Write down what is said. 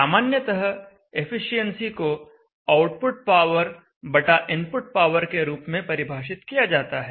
सामान्यतः एफिशिएंसी को output power बटा इनपुट पावर के रूप में परिभाषित किया जाता है